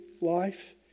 life